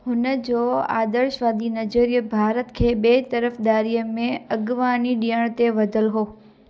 हुन जो आदर्शवादी नज़रियो भारत खे ॿिए तर्फ़िदारीअ में अॻुवानी ॾियण ते ॿधलु हो